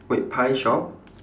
wait pie shop